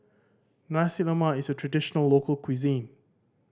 Nasi Lemak is a traditional local cuisine